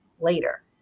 later